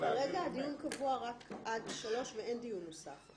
כרגע הדיון קבוע רק עד שלוש ואין דיון נוסף.